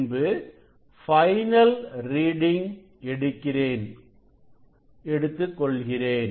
பின்பு final reading எடுக்கிறேன் எடுத்துக்கொள்கிறேன்